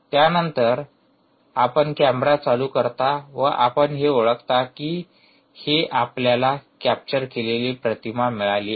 त्यानंतर आपण कॅमेरा चालू करता व हे आपण ओळखता की ही आपल्याला कॅप्चर केलेली प्रतिमा मिळाली आहे